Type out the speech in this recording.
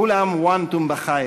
כול עאם ואנתום בחַ'יר.